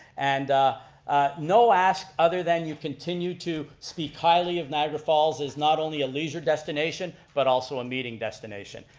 and no ask other than you continue to speak highly of niagara falls as not only a leisure destination but also a meeting destination.